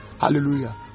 hallelujah